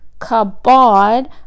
kabod